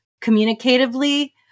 communicatively